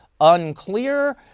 unclear